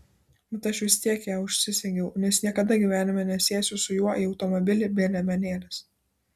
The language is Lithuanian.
bet aš vis tiek ją užsisegiau nes niekada gyvenime nesėsiu su juo į automobilį be liemenėlės